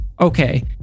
okay